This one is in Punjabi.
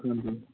ਹਮ ਹਮ